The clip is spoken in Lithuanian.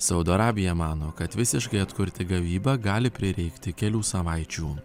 saudo arabija mano kad visiškai atkurti gavybą gali prireikti kelių savaičių